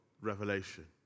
Revelation